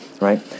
right